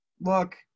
Look